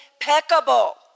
impeccable